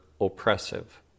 oppressive